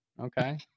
Okay